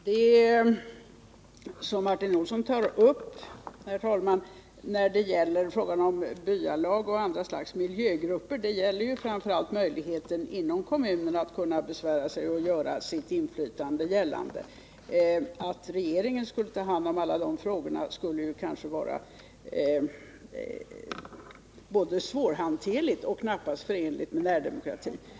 Herr talman! Den formulering om byalag och miljögrupper som Martin Olsson tar upp gäller framför allt möjligheten att besvära sig och göra sitt inflytande gällande inom kommunen. Att låta regeringen ta hand om alla dessa frågor skulle vara svårhanterligt och knappast förenligt med närdemokrati.